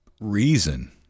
reason